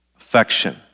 affection